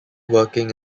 working